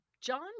John